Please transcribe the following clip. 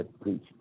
preach